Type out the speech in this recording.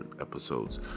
episodes